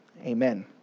Amen